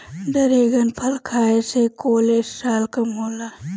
dragon फल खाए से कोलेस्ट्राल कम होला